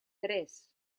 tres